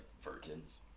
virgins